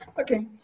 Okay